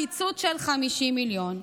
קיצוץ של 50 מיליון,